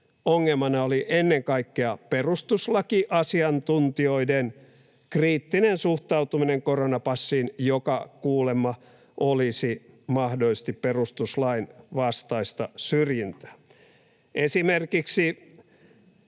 ongelmana oli ennen kaikkea perustuslakiasiantuntijoiden kriittinen suhtautuminen koronapassiin, joka kuulemma olisi mahdollisesti perustuslain vastaista syrjintää.